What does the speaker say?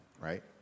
right